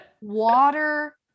water